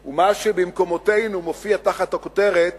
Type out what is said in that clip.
הוא מה שבמקומותינו מופיע תחת הכותרת